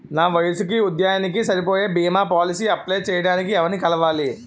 నా వయసుకి, ఉద్యోగానికి సరిపోయే భీమా పోలసీ అప్లయ్ చేయటానికి ఎవరిని కలవాలి?